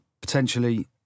potentially